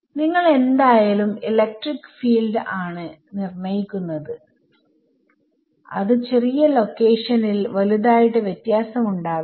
നിങ്ങൾ എന്തായാലും electric field ആണ് നിർണ്ണയിക്കുന്നത് അത് ചെറിയ ലൊക്കേഷനിൽ വലുതായിട്ട് വ്യത്യാസം ഉണ്ടാവില്ല